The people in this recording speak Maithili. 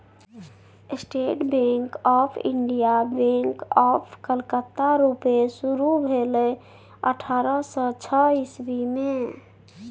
state bank of India, bank of Calcutta रुपे शुरु भेलै अठारह सय छअ इस्बी मे